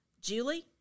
Julie